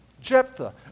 Jephthah